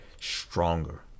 stronger